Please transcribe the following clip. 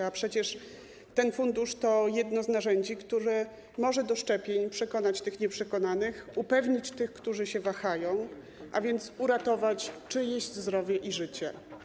A przecież ten fundusz to jedno z narzędzi, które może do szczepień przekonać tych nieprzekonanych, upewnić tych, którzy się wahają, a więc uratować czyjeś zdrowie i życie.